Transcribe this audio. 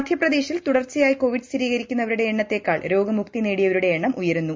മധ്യപ്രദേശിൽ തുടർച്ചയായി കോവിഡ് സ്ഥിരീകരിക്കുന്നവരുടെ എണ്ണത്തേക്കാൾ രോഗമുക്തി നേടിയവരുടെ എണ്ണം ഉയരുന്നു